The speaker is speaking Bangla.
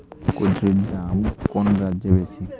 কুঁদরীর দাম কোন রাজ্যে বেশি?